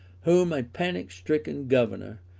whom a panic-stricken governor,